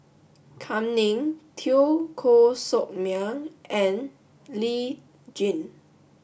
Kam Ning Teo Koh Sock Miang and Lee Tjin